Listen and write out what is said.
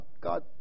God